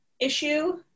issue